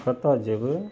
कतऽ जेबय